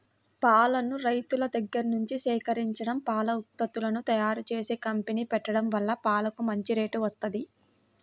పాలను రైతుల దగ్గర్నుంచి సేకరించడం, పాల ఉత్పత్తులను తయ్యారుజేసే కంపెనీ పెట్టడం వల్ల పాలకు మంచి రేటు వత్తంది